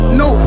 no